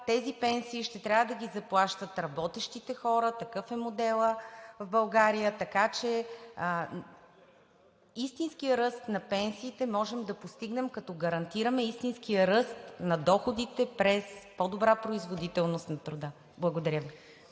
тези пенсии ще трябва да ги заплащат работещите хора. Такъв е моделът в България, така че истински ръст на пенсиите можем да постигнем, като гарантираме истински ръст на доходите през по-добра производителност на труда. Благодаря Ви.